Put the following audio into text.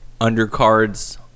undercards